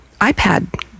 iPad